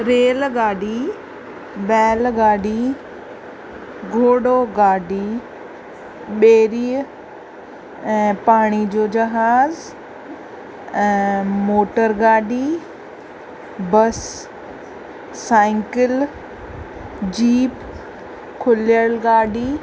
rail गाॾी बैल गाॾी घोड़ो गाॾी ॿेड़ीअ ऐं पाणीअ जो जहाज ऐं मोटर गाॾी बस साइकिल जीप खुलियल गाॾी